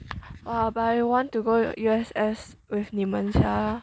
!wah! but I want to go U_S_S with 你们 sia